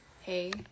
Hey